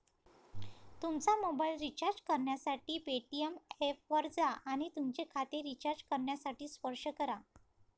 तुमचा mobile recharge करण्यासाठी Paytm ऐपवर जा आणि तुमचे खाते रिचार्ज करण्यासाठी स्पर्श करा